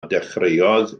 dechreuodd